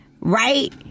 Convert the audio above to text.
right